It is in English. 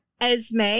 esme